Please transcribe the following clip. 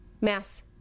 mass